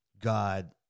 God